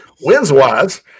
wins-wise –